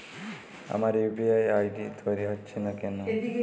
আমার UPI ID তৈরি হচ্ছে না কেনো?